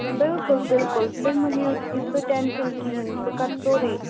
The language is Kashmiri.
بلکُل بلکُل تُہۍ مہٕ ہیٚیوتیٖژ سُہ ٹٮ۪نشن کِہیٖںۍ بہٕ کَرٕ سورُے